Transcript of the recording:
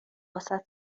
واست